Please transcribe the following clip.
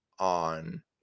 On